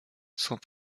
sans